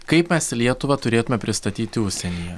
kaip mes lietuvą turėtumėme pristatyti užsienyje